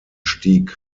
stieg